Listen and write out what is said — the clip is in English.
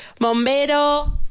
Bombero